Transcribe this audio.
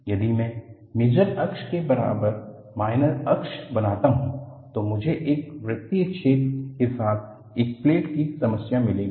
extremum cases of an elliptical hole यदि मैं major अक्ष के बराबर माइनर अक्ष बनाता हूं तो मुझे एक वृतीय छेद के साथ एक प्लेट की समस्या मिलेगी